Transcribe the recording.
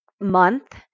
month